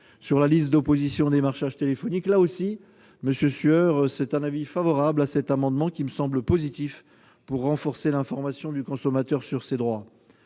sur la liste d'opposition au démarchage téléphonique. J'émets également un avis favorable sur cet amendement, qui me semble positif pour renforcer l'information du consommateur sur ses droits.